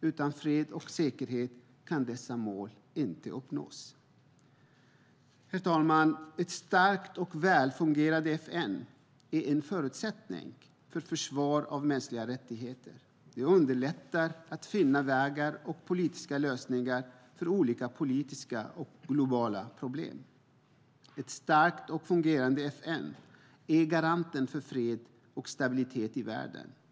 Utan fred och säkerhet kan dessa mål inte uppnås. Herr talman! Ett starkt och välfungerande FN är en förutsättning för försvar av mänskliga rättigheter. Det underlättar att finna vägar och politiska lösningar för olika politiska och globala problem. Ett starkt och fungerande FN är garanten för fred och stabilitet i världen.